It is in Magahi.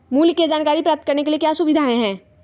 मूल्य के जानकारी प्राप्त करने के लिए क्या क्या सुविधाएं है?